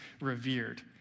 revered